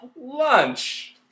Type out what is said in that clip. lunch